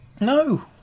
no